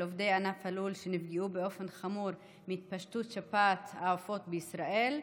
עובדי ענף הלול שנפגעו באופן חמור מהתפשטות שפעת העופות בישראל,